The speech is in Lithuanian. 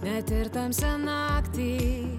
net ir tamsią naktį